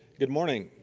good morning.